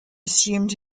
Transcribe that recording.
assumed